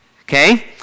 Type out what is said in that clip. Okay